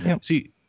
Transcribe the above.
See